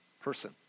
person